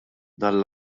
dan